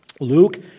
Luke